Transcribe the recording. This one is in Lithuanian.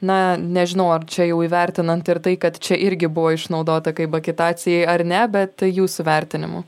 na nežinau ar čia jau įvertinant ir tai kad čia irgi buvo išnaudota kaip agitacijai ar ne bet jūsų veritnimu